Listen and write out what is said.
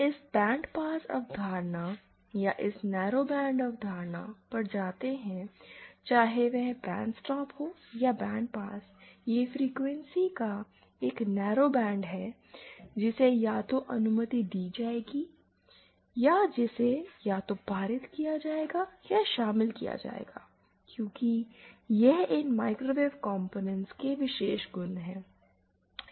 हम इस band pass अवधारणा या इस नैरोबैंड अवधारणा पर जाते हैं चाहे वह बैंड स्टॉप हो या बैंड पास यह फ्रीक्वेंसी का एक नैरोबैंड है जिसे या तो अनुमति दी जाएगी या जिसे या तो पारित किया जाएगा या इसे शामिल किया जाएगा क्योंकि यह इन माइक्रोवेव कंपोनेंट्स के विशेष गुण हैं